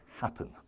happen